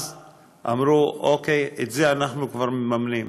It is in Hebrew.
אז אמרו: אוקיי, אז זה אנחנו כבר מממנים.